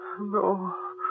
No